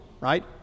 right